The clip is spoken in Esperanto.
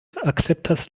akceptas